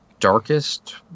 darkest